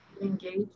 engage